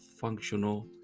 functional